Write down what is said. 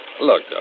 Look